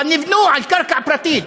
אבל נבנו על קרקע פרטית.